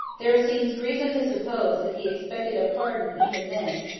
there seems reason to suppose that he expected a pardon even then,